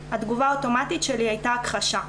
התגובה האוטומטית שלי הייתה הכחשה.